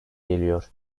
geliyor